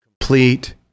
complete